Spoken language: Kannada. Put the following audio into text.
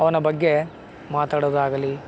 ಅವನ ಬಗ್ಗೆ ಮಾತಾಡೋದಾಗಲಿ